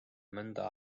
mõnda